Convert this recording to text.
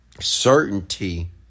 Certainty